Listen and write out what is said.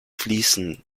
fließen